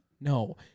no